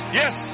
yes